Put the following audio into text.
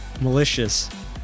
Malicious